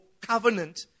covenant